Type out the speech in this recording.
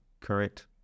Correct